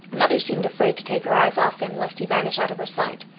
mother seemed afraid to take her eyes off him lest he vanish out of her sight.